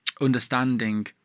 understanding